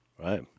Right